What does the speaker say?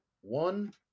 one